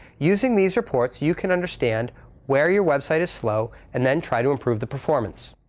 using these reports you can understand where your website is slow and then try to improve the performance.